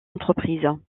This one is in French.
entreprises